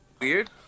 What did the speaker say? weird